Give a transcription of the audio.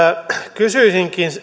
kysyisinkin